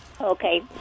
Okay